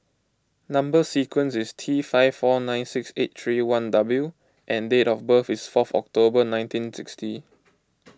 Number Sequence is T five four nine six eight three one W and date of birth is four October nineteen sixty